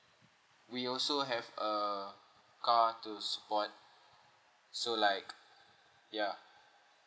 we also have a car to support so like ya